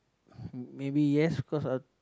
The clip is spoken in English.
maybe yes cause I